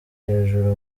hejuru